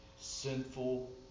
sinful